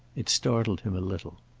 it startled him a little.